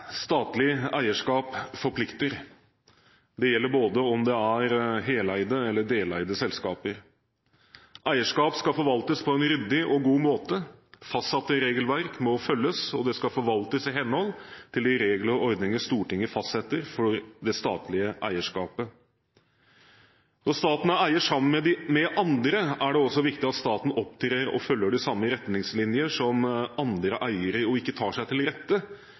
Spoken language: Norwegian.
Statlig eierskap forplikter. Det gjelder enten det er heleide eller deleide selskaper. Eierskap skal forvaltes på en ryddig og god måte, fastsatte regelverk må følges, og det skal forvaltes i henhold til de regler og ordninger Stortinget fastsetter for det statlige eierskapet. Når staten er eier sammen med andre, er det også viktig at staten opptrer og følger de samme retningslinjer som andre eiere og ikke tar seg til rette